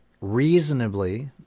reasonably